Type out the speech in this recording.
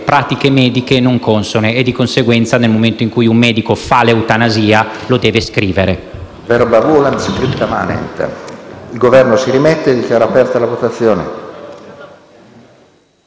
pratiche mediche non consone. Di conseguenza, nel momento in cui un medico pratica l'eutanasia, lo deve scrivere.